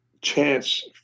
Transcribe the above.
chance